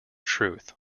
truth